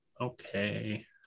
Okay